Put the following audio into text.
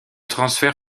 transfert